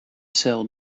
sell